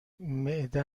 معده